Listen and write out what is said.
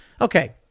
Okay